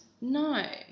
No